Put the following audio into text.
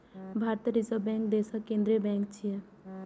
भारतीय reserve bank देशक केंद्रीय बैंक छियै